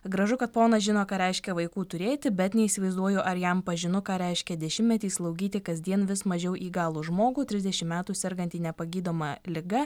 gražu kad ponas žino ką reiškia vaikų turėti bet neįsivaizduoju ar jam pažinu ką reiškia dešimtmetį slaugyti kasdien vis mažiau įgalų žmogų trisdešim metų sergantį nepagydoma liga